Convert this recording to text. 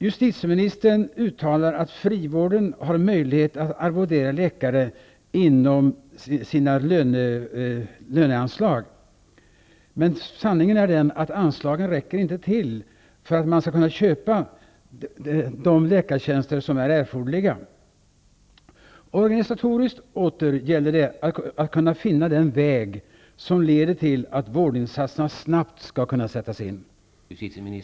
Justitieministern uttalar att frivården har möjlighet att arvodera läkare inom sina löneanslag. Men sanningen är den att anslagen inte räcker till för att man skall kunna köpa de läkartjänster som är erforderliga. Organisatoriskt gäller det att kunna finna den väg som leder till att vårdinsatserna snabbt skall kunna sättas in.